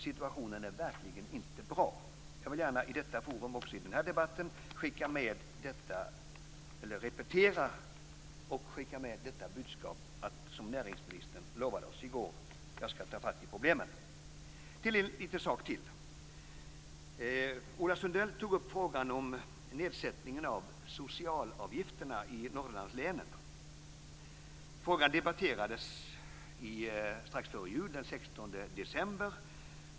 Situationen är verkligen inte bra. Jag vill gärna i detta forum repetera och skicka med detta budskap också i denna debatt. Näringsministern lovade oss i går att han ska ta fatt i problemen. Så går jag till en annan liten sak. Ola Sundell tog upp frågan om nedsättningen av socialavgifterna i den 16 december.